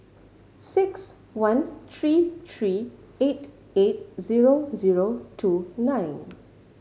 six one three three eight eight zero zero two nine